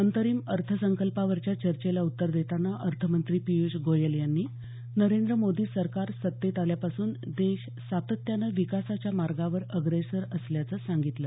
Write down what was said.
अंतरिम अर्थसंकल्पावरच्या चर्चेला उत्तर देताना अर्थमंत्री पियुष गोयल यांनी नरेंद्र मोदी सरकार सत्तेत आल्यापासून देश सातत्यानं विकासाच्या मार्गावर अग्रेसर असल्याचं सांगितलं